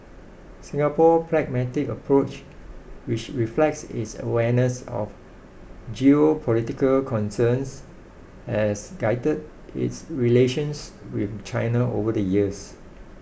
Singapore pragmatic approach which reflects its awareness of geopolitical concerns has guided its relations with China over the years